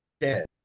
dead